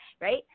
right